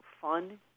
fun